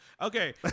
Okay